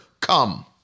come